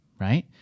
right